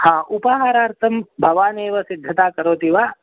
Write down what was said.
ह उपाहारार्थं भवान् एव सिद्धतां करोति वा